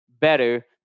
better